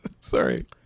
Sorry